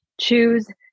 Choose